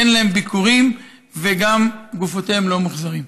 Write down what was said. אין להם ביקורים, וגם גופותיהם לא מוחזרות.